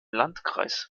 landkreis